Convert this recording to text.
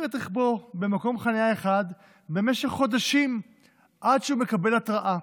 את רכבו במקום חניה אחד במשך חודשים עד שהוא מקבל התראה.